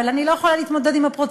אבל אני לא יכולה להתמודד עם הפרוצדורה,